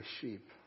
sheep